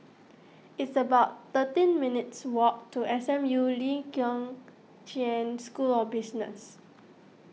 it's about thirteen minutes' walk to S M U Lee Kong Chian School of Business